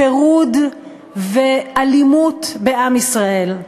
פירוד ואלימות בעם ישראל.